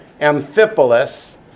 Amphipolis